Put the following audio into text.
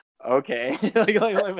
okay